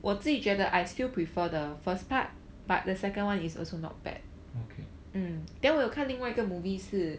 okay